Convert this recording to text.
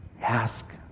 Ask